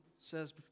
says